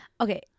Okay